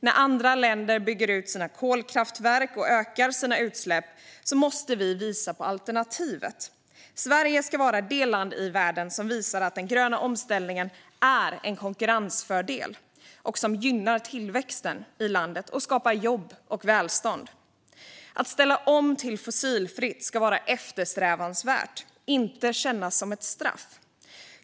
När andra länder bygger ut sina kolkraftverk och ökar sina utsläpp måste vi visa på alternativet. Sverige ska vara det land i världen som visar att den gröna omställningen är en konkurrensfördel, gynnar tillväxten i landet och skapar jobb och välstånd. Att ställa om till fossilfritt ska vara eftersträvansvärt, inte kännas som ett straff.